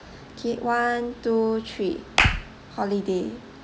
K one two three holiday